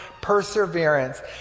perseverance